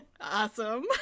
Awesome